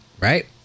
Right